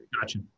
gotcha